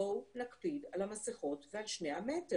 בואו נקפיד על המסיכות ועל שני המטרים.